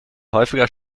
häufiger